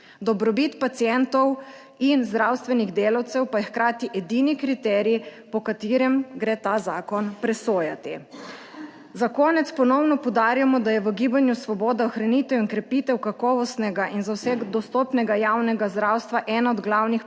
Dobrobit pacientov in zdravstvenih delavcev pa je hkrati edini kriterij, po katerem gre ta zakon presojati. Za konec ponovno poudarjamo, da je v Gibanju Svoboda ohranitev in krepitev kakovostnega in za vse dostopnega javnega zdravstva ena od glavnih